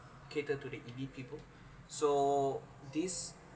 cater to the elite people so this